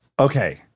Okay